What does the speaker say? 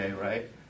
right